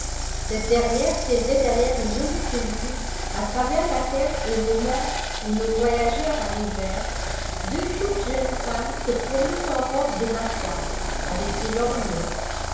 cette dernière s'élevait derrière une jolie pelouse à travers laquelle au moment où nos voyageurs arrivèrent deux toutes jeunes femmes se promenaient en robe de matin avec des lorgnettes